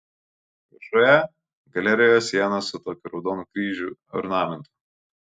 viršuje galerijoje siena su tokiu raudonų kryžių ornamentu